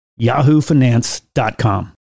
yahoofinance.com